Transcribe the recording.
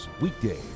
weekdays